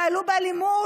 פעלו באלימות,